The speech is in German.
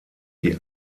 die